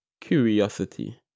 curiosity